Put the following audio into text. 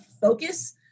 focus